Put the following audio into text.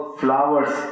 flowers